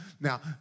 now